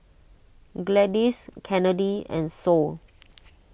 Gladis Kennedy and Sol